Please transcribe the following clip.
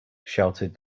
shouted